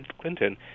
clinton